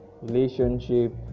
relationship